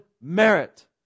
merit